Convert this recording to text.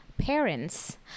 parents